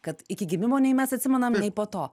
kad iki gimimo nei mes atsimenam nei po to